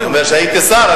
אמרתי, כשהייתי שר.